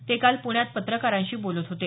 ते काल पुण्यात पत्रकारांशी बोलत होते